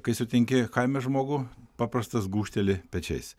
kai sutinki kaime žmogų paprastas gūžteli pečiais